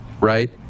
right